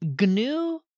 GNU